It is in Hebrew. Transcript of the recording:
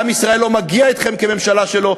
לעם ישראל לא מגיע אתכם כממשלה שלו,